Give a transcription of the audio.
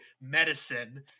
medicine